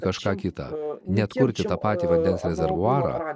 kažką kitą neatkurti tą patį vandens rezervuarą